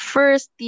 First